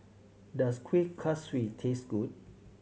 does Kueh Kaswi taste good